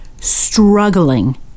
struggling